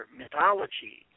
mythology